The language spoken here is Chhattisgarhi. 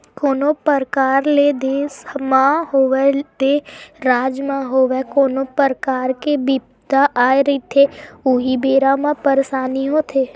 कोनो परकार ले देस म होवय ते राज म होवय कोनो परकार के बिपदा आए रहिथे उही बेरा म परसानी होथे